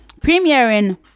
premiering